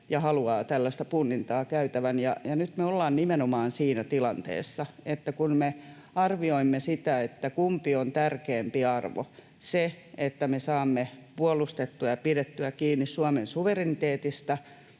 ja haluaa tällaista punnintaa käytävän. Ja nyt me ollaan nimenomaan siinä tilanteessa, että kun me arvioimme sitä, onko tärkeämpi arvo se, että me saamme puolustettua ja pidettyä kiinni Suomen suvereniteetista